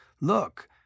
look